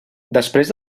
després